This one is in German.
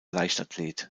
leichtathlet